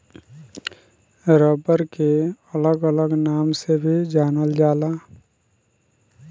rubber के अलग अलग नाम से भी जानल जाला